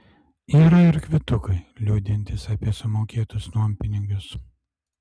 yra ir kvitukai liudijantys apie sumokėtus nuompinigius